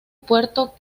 puerto